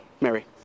Mary